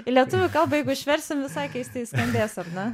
į lietuvių kalbą jeigu išversim visai keistai skambės ar ne